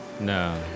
No